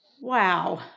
Wow